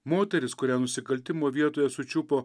moteris kurią nusikaltimo vietoje sučiupo